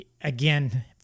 again